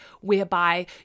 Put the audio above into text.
whereby